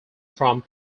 from